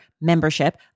membership